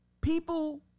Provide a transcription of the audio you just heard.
people